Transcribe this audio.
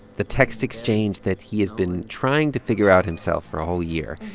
the text exchange that he has been trying to figure out himself for a whole year.